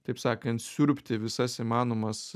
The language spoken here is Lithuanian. taip sakant siurbti visas įmanomas